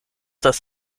das